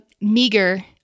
meager